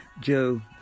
Joe